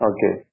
Okay